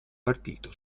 partito